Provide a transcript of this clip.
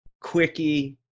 quickie